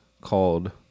called